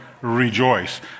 Rejoice